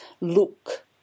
look